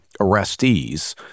arrestees